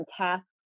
tasks